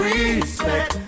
Respect